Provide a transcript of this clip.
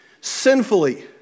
sinfully